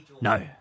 No